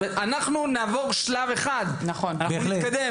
אנחנו נעבור שלב אחד ונתקדם,